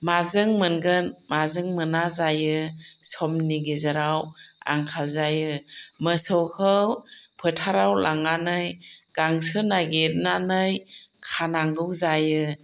माजों मोनगोन माजों मोना जायो समनि गेजेराव आंखाल जायो मोसौखौ फोथाराव लांनानै गांसो नागिरनानै खानांगौ जायो